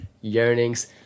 yearnings